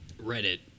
reddit